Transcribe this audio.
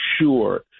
sure